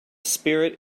spirit